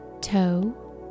toe